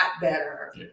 better